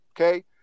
Okay